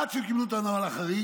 עד שהם קיבלו את הנוהל החריג,